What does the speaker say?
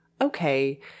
okay